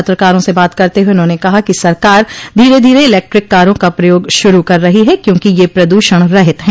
पत्रकारों से बात करते हुए उन्होंने कहा कि सरकार धीरे धीरे इलेक्ट्रिक कारों का प्रयोग शुरू कर रही है क्योंकि ये प्रदूषण रहित हैं